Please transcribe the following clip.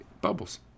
Bubbles